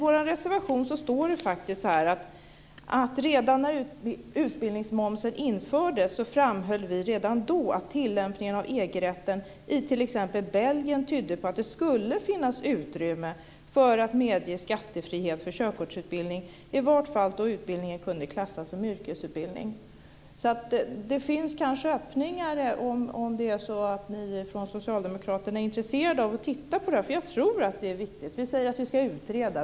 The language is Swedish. Men i vår reservation står det att redan när utbildningsmomsen infördes framhöll vi att tillämpningen av EG-rätten i t.ex. Belgien tydde på att det skulle finnas utrymme för att medge skattefrihet för körkortsutbildning i vart fall då utbildningen kunde klassas som yrkesutbildning. Det finns kanske öppningar om ni socialdemokrater är intresserade av att titta på detta. Jag tror nämligen att det är viktigt. Vi säger att vi ska utreda detta.